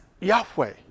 Yahweh